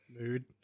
Mood